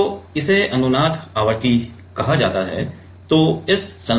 तो इसे अनुनाद आवृत्ति कहा जाता है